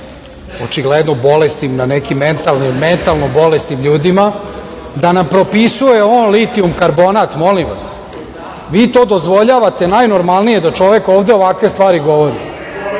očigledno bolesnim, nekim mentalno bolesnim ljudima, da nam propisuje on litijum-karbonat. Molim vas, vi to dozvoljavate, najnormalnije da čovek ovde ovakve stvari govori